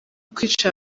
kwica